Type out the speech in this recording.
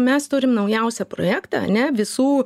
mes turim naujausią projektą ane visų